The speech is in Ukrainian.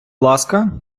ласка